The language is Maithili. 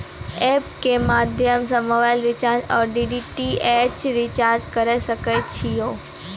एप के माध्यम से मोबाइल रिचार्ज ओर डी.टी.एच रिचार्ज करऽ सके छी यो?